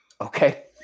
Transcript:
Okay